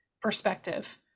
perspective